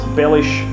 bellish